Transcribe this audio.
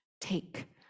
take